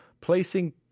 placing